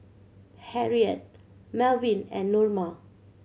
Harriette Malvin and Norma